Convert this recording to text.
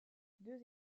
deux